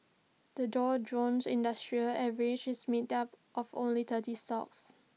the Dow Jones industrial average is made up of only thirty stocks